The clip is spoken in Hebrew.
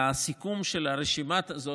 לסיכום של הרשימה הזאת,